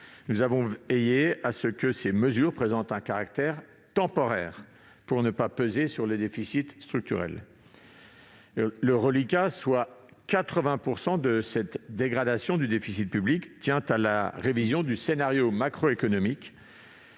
Nous avons veillé à ce que ces mesures présentent un caractère temporaire, pour ne pas peser sur les déficits structurels. Le reliquat, soit 80 % de cette dégradation du déficit public, tient à la révision du scénario macroéconomique